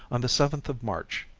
on the seventh of march,